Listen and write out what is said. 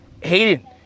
Hayden